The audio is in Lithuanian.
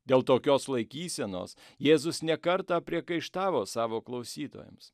dėl tokios laikysenos jėzus ne kartą priekaištavo savo klausytojams